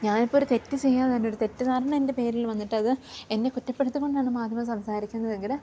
ഞാനിപ്പൊരു തെറ്റു ചെയ്യാതെ തന്നൊരു തെറ്റിദ്ധാരണ എൻ്റെ പേരിൽ വന്നിട്ടത് എന്നെ കുറ്റപ്പെടുത്തിക്കൊണ്ടാണ് മാധ്യമം സംസാരിക്കുന്നതെങ്കിൽ